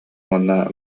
уонна